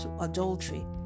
adultery